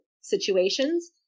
situations